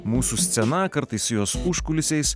mūsų scena kartais jos užkulisiais